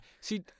See